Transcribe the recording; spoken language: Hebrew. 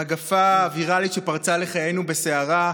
המגפה הוויראלית שפרצה לחיינו בסערה,